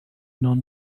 non